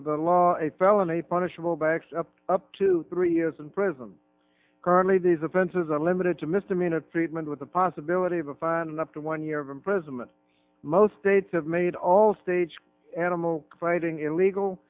of the law a felony punishable by up to three years in prison currently these offenses are limited to misdemeanor treatment with the possibility of a fine and up to one year of imprisonment most states have made all stage animal fighting illegal